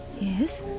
Yes